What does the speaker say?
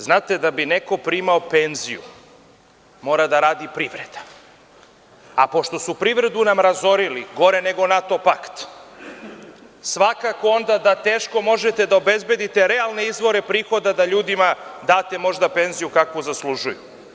Znate, da bi neko primao penziju mora da radi privreda, a pošto sunam privredu razorili gore nego NATO pakt, svakako onda da teško možete da obezbedite realne izvore prihoda da ljudima date možda penziju kakvu zaslužuju.